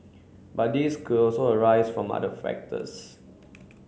but these could also arise from other factors